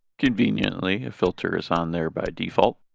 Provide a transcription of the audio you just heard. conveniently a filter is on there by default.